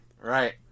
Right